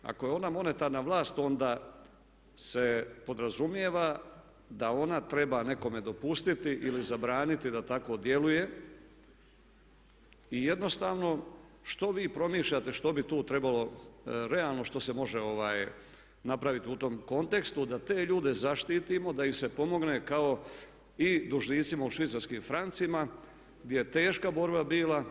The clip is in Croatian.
Ako je ona monetarna vlast, onda se podrazumijeva da ona treba nekome dopustiti ili zabraniti da tako djeluje i jednostavno što vi promišljate što bi tu trebalo realno što se može napraviti u tom kontekstu da te ljude zaštitimo, da im se pomogne kao i dužnicima u švicarskim francima gdje je teška borba bila.